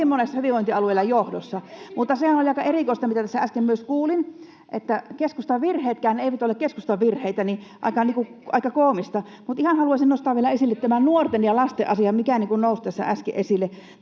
monella hyvinvointialueella johdossa. Mutta sehän oli aika erikoista, mitä tässä äsken myös kuulin, että keskustan virheetkään eivät ole keskustan virheitä — aika koomista. Mutta ihan haluaisin nostaa vielä esille tämän nuorten ja lasten asian, mikä nousi tässä äsken esille,